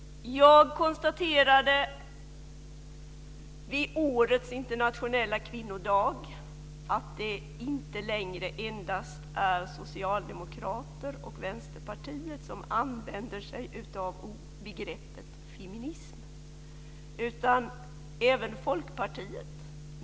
Jag konstaterade vid årets internationella kvinnodag att det inte längre endast är socialdemokrater och vänsterpartister som använder sig av begreppet feminism utan även Folkpartiet.